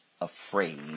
afraid